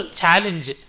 challenge